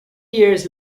years